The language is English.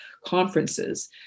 conferences